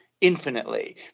infinitely